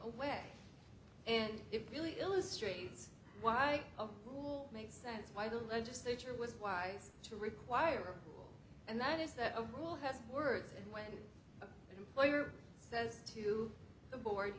away and it really illustrates why rule makes sense by the legislature was wise to require and that is that a rule has words and when an employer says to the board